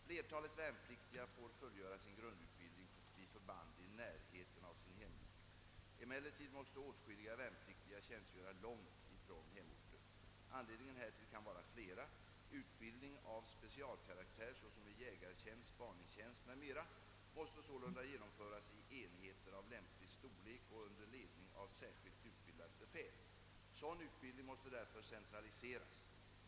Flertalet värnpliktiga får fullgöra sin grundutbildning vid förband i närheten av sin hemort. Emellertid måste åtskilliga värnpliktiga tjänstgöra långt från sin hemort. Anledningarna härtill kan vara flera. Utbildning av specialkaraktär såsom i jägartjänst, spaningstjänst m.m. måste sålunda genomföras i enheter av lämplig storlek och under ledning av särskilt utbildat befäl. Sådan utbildning måste därför centraliseras.